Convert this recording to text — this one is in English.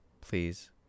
Please